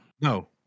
No